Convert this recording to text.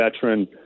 veteran